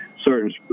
certain